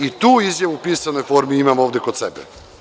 I tu izjavu u pisanoj formi imam ovde kod sebe.